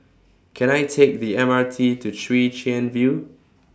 Can I Take The M R T to Chwee Chian View